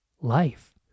life